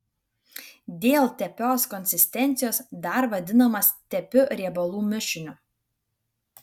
dėl tepios konsistencijos dar vadinamas tepiu riebalų mišiniu